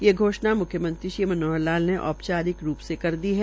ये घोषणा मुख्यमंत्री मनोहर लाल ने औपचारिक रूपसे दी है